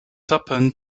happened